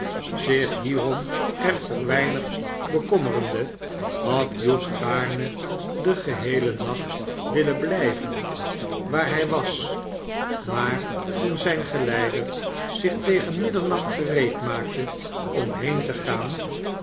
zich hierom echter weinig bekommerende had hugh gaarne den geheelen nacht willen blijven waar hij was maar toen zijn geleider zich tegen middernacht gereedmaakte om heen te gaan